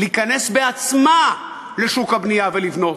להיכנס בעצמה לשוק הבנייה, ולבנות.